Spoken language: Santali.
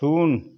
ᱥᱩᱱ